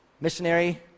missionary